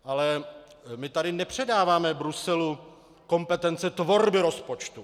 Ale my tady nepředáváme Bruselu kompetence tvorby rozpočtu.